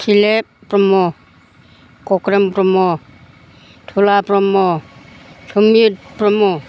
थिलेब ब्रह्म कग्रोम ब्रह्म थुला ब्रह्म समिर ब्रह्म